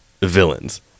villains